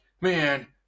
man